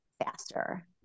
faster